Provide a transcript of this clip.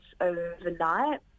overnight